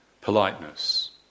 politeness